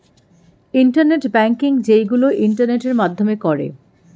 internet banking যেইগুলো ইন্টারনেটের মাধ্যমে করে